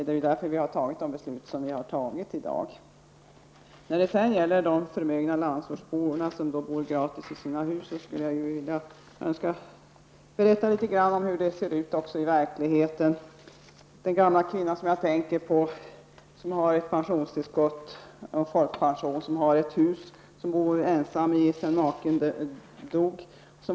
Det är ju därför som vi i dag har fattat de beslut som vi har fattat. När det sedan gäller de förmögna landsortsborna som bor gratis i sina hus, vill jag berätta litet om hur det ser ut i verkligheten. Den gamla kvinna jag tänker på har pensionstillskott, folkpension och ett hus som hon bor ensam i sedan maken dog.